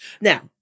Now